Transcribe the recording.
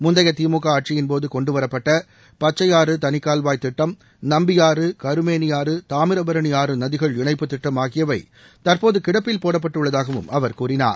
முந்தைய திமுக ஆட்சியின்போது கொண்டுவரப்பட்ட பச்சையாறு தனிக்கால்வாய் திட்டம் நம்பியாறு கருமேனியாறு தாமிரபரணி ஆறு நதிகள் இணைப்புத் திட்டம் ஆகியவை தற்போது கிடப்பில் போடப்பட்டு உள்ளதாகவும் அவர் கூறினார்